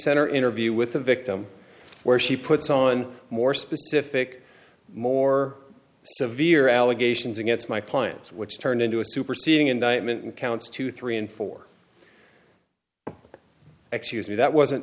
center interview with the victim where she puts on more specific more severe allegations against my clients which turned into a superseding indictment and counts two three and four excuse me that wasn't